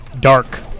Dark